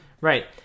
right